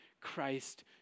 Christ